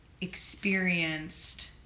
experienced